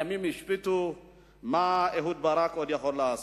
ימים ישפטו מה אהוד ברק עוד יכול לעשות.